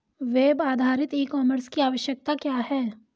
Web आधारित e commerce की आवश्यकता क्या है?